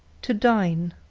to dine.